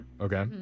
Okay